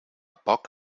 poc